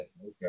Okay